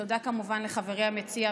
תודה כמובן לחברי המציע,